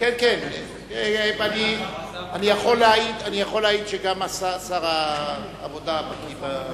אני יכול להעיד שגם שר העבודה בקי,